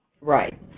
Right